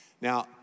Now